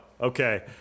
Okay